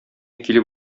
килеп